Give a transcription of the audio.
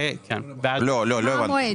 מה המועד?